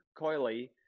Coily